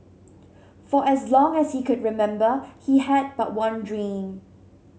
for as long as he could remember he had but one dream